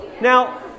Now